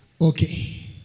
okay